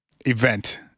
event